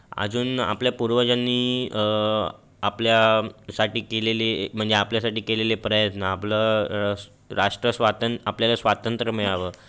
आजून आपल्या पूर्वजांनी आपल्यासाठी केलेले म्हणजे आपल्यासाठी केलेले प्रयत्न आपलं रस राष्ट्र स्वातं आपल्याला स्वातंत्र्य मिळावं